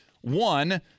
One